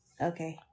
Okay